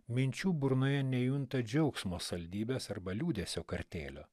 minčių burnoje nejunta džiaugsmo saldybės arba liūdesio kartėlio